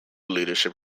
leadership